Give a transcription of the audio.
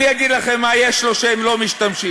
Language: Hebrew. אני אגיד לכם מה יש לו שהם לא משתמשים.